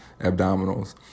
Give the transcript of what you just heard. abdominals